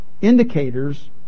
indicators